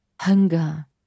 hunger